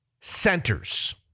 centers